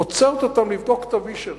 עוצרת אותם לבדוק את הווישרים,